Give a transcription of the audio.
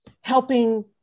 helping